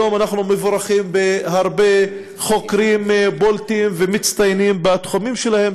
היום אנחנו מבורכים בהרבה חוקרים בולטים ומצטיינים בתחומים שלהם,